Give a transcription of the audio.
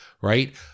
right